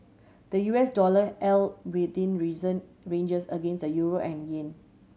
the U S dollar held within recent ranges against the euro and yen